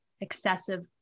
excessive